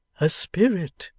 a spirit